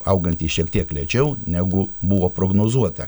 auganti šiek tiek lėčiau negu buvo prognozuota